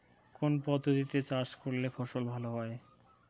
কোন পদ্ধতিতে চাষ করলে ফসল ভালো হয়?